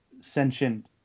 sentient